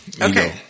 Okay